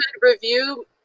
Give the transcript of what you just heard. review